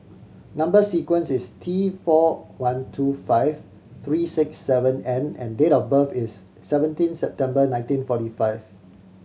number sequence is T four one two five three six seven N and date of birth is seventeen September nineteen forty five